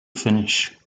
finish